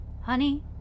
Honey